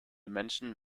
menschen